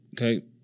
okay